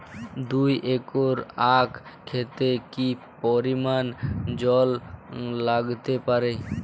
দুই একর আক ক্ষেতে কি পরিমান জল লাগতে পারে?